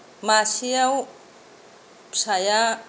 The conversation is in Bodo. मासेयाव फिसाया